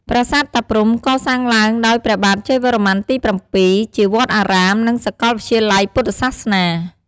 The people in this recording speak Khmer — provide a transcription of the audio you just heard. ប្រាសាទតាព្រហ្ម កសាងឡើងដោយព្រះបាទជ័យវរ្ម័នទី ៧ ជាវត្តអារាម និងសកលវិទ្យាល័យពុទ្ធសាសនា។